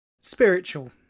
spiritual